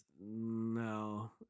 no